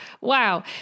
Wow